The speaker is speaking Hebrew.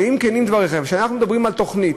ואם כנים דבריכם שאנחנו מדברים על תוכנית